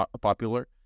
popular